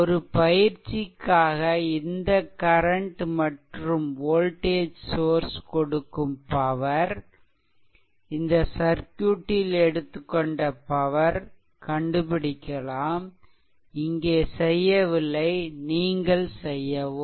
ஒரு பயிற்சிக்காக இந்த கரன்ட் மற்றும் வோல்டேஜ் சோர்ஸ் கொடுக்கும் பவர் இந்த சர்க்யூட்டில் எடுத்துக்கொண்ட பவர் கண்டுபிடிக்கலாம் இங்கே செய்யவில்லை நீங்கள் செய்யவும்